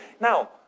Now